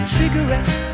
cigarettes